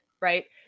right